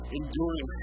enduring